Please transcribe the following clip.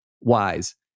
wise